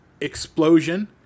Explosion